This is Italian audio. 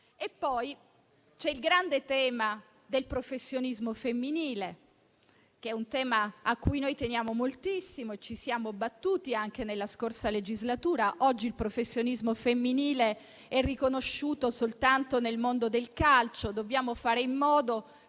poi il grande tema del professionismo femminile, a cui teniamo moltissimo e per cui ci siamo battuti anche nella scorsa legislatura. Oggi il professionismo femminile è riconosciuto soltanto nel mondo del calcio: dobbiamo fare in modo